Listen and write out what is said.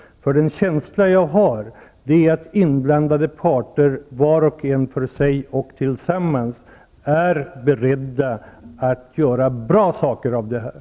Jag har en känsla av att de inblandade parterna -- var och en för sig och alla tillsammans -- är beredda att göra något bra av det här.